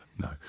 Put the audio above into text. No